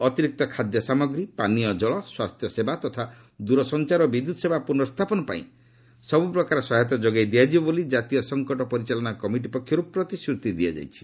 ଅତିରିକ୍ତ ଖାଦ୍ୟସାମଗ୍ରୀ ପାନୀୟଜଳ ସ୍ୱାସ୍ଥ୍ୟସେବା ତଥା ଦୂରସଞ୍ଚାର ଓ ବିଦ୍ୟୁତ୍ସେବା ପୁନର୍ସ୍ଥାପନ ପାଇଁ ସବୁ ପ୍ରକାର ସହାୟତା ଯୋଗାଇ ଦିଆଯିବ ବୋଲି କାତୀୟ ସଙ୍କଟ ପରିଚାଳନା କମିଟି ପକ୍ଷରୁ ପ୍ରତିଶ୍ରତି ଦିଆଯାଇଛି